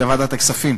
בוועדת הכספים